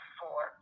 four